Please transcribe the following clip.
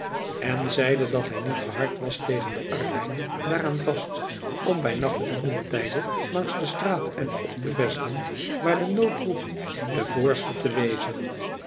en zeide dat hij niet gehard was tegen den arbeid daaraan vast om bij nacht en bij ontijde langs de straat en op de vesten waar de nood roept de voorste te wezen